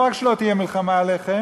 לא רק שלא תהיה מלחמה עליכם,